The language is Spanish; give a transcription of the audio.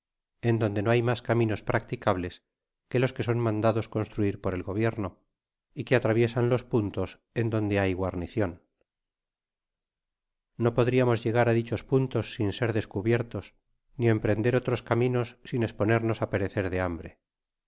en donde no hay mas caminos practicables que los que son mandados construir por el gobierno y que atraviesan los puntos en donde hay guarnieion no podriamos llegar á dichos puntos sin ser descubiertos ni emprender otros caminos sin esponernos á perecer de hambre